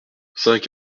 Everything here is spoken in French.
cinq